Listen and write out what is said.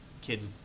kids